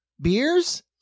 Beers